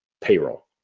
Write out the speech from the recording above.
Payroll